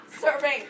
serving